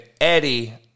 Eddie